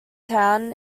town